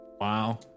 Wow